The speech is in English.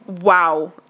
Wow